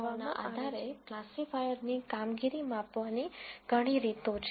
હવે તે ચાર સંખ્યાઓના આધારે ક્લાસિફાયરની કામગીરી માપવાની ઘણી રીતો છે